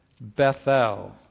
Bethel